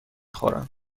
خورم